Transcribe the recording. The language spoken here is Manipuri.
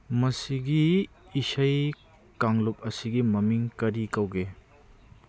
ꯃꯁꯤꯒꯤ ꯏꯁꯩ ꯀꯥꯡꯂꯨꯞ ꯑꯁꯤꯒꯤ ꯃꯃꯤꯡ ꯀꯔꯤ ꯀꯧꯒꯦ